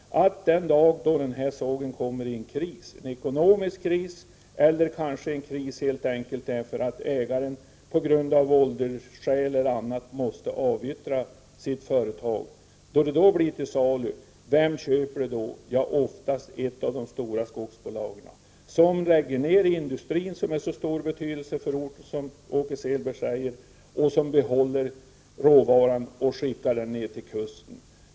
Den dag sågen råkar i en ekonomisk kris, eller en kris där ägaren på grund av åldersskäl eller dylikt måste avyttra sitt företag, blir den ofta till salu. Vem köper då sågen? Ja, ofta ett av de stora skogsbolagen. Industrin läggs sedan ner — som har så stor betydelse för orten, som Åke Selberg säger — och råvaran behålls och skickas ner till kusten.